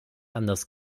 anders